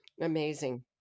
Amazing